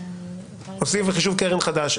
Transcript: עושים חישוב חדש.